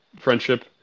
friendship